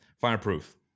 Fireproof